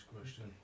question